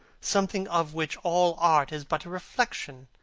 something of which all art is but a reflection.